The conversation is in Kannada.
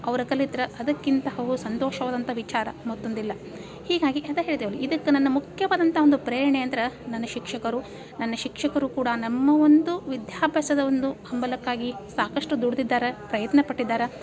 ಅವರು ಕಲಿತ್ರೆ ಅದಕ್ಕಿಂತ ಹೋಗೊ ಸಂತೋಷವಾದಂಥ ವಿಚಾರ ಮತ್ತೊಂದಿಲ್ಲ ಹೀಗಾಗಿ ಅಂತ ಹೇಳಿದೆವಲ್ಲ ಇದಕ್ಕೆ ನನ್ನ ಮುಕ್ತವಾದಂಥ ಒಂದು ಪ್ರೇರಣೆ ಅಂದ್ರೆ ನನ್ನ ಶಿಕ್ಷಕರು ನನ್ನ ಶಿಕ್ಷಕರು ಕೂಡ ನಮ್ಮ ಒಂದು ವಿದ್ಯಾಭ್ಯಾಸದ ಒಂದು ಹಂಬಲಕ್ಕಾಗಿ ಸಾಕಷ್ಟು ದುಡ್ದಿದ್ದಾರೆ ಪ್ರಯತ್ನ ಪಟ್ಟಿದ್ದಾರೆ